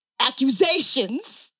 Accusations